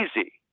easy